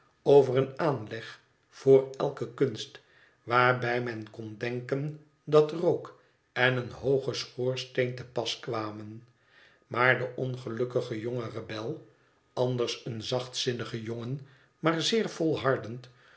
over een aanleg voor elke kunst waarbij men kon denken dat rook en een hooge schoorsteen te pas kwamen maar de ongelukkige jonge rebel anders een zachtzinnige jongen maar zeer